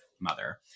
mother